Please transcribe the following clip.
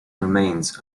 remains